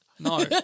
No